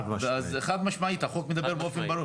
חד משמעית החוק מדבר באופן ברור.